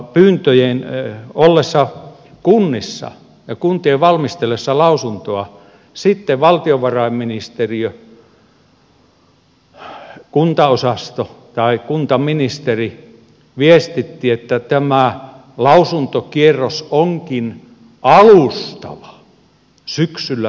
lausuntopyyntöjen ollessa kunnissa ja kuntien valmistellessa lausuntoa sitten kuntaministeri viestitti että tämä lausuntokierros onkin alustava syksyllä tulee uusi